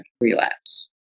relapse